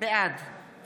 בעד